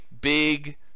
big